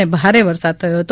અને ભારે વરસાદ થયો હતો